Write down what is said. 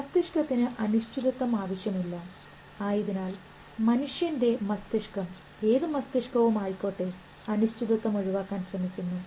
മസ്തിഷ്കത്തിന് അനിശ്ചിതത്വം ആവശ്യമില്ല ആയതിനാൽ മനുഷ്യൻറെ മസ്തിഷ്കം ഏത് മസ്തിഷ്കം ആയിക്കോട്ടെ അനിശ്ചിതത്വം ഒഴിവാക്കാൻ ശ്രമിക്കുന്നു